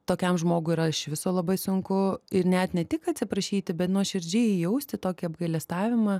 tokiam žmogui yra iš viso labai sunku ir net ne tik atsiprašyti bet nuoširdžiai jausti tokį apgailestavimą